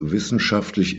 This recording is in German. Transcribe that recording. wissenschaftlich